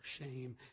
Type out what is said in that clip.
shame